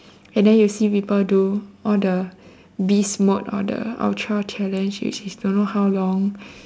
and then you see people do all the beast mode all the ultra challenge which is don't how long